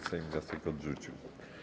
Sejm wniosek odrzucił.